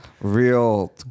Real